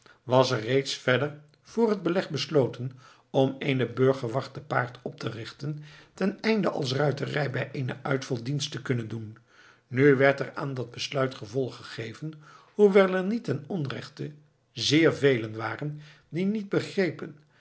was er verder reeds vr het beleg besloten om eene burgerwacht te paard op te richten teneinde als ruiterij bij eenen uitval dienst te kunnen doen nu werd er aan dat besluit gevolg gegeven hoewel er niet ten onrechte zeer velen waren die niet begrepen